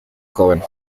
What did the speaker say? joven